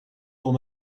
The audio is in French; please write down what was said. pour